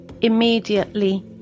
Immediately